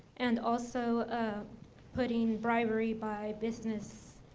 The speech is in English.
and also putting bribery by business,